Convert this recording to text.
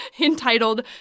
entitled